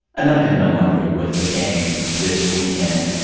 another thing that i'm wondering with the game this weekend,